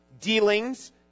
dealings